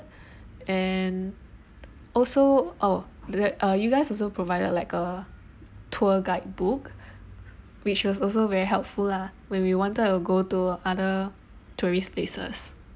and also oh the uh you guys also provided like a tour guide book which was also very helpful lah when we wanted to go to other tourist places